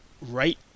right